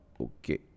Okay